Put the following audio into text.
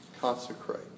consecrate